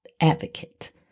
advocate